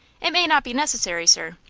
it may not be necessary, sir.